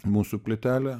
mūsų plytelė